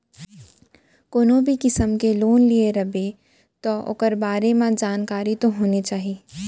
कोनो भी किसम के लोन लिये रबे तौ ओकर बारे म जानकारी तो होने चाही